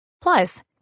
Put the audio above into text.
Plus